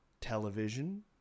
television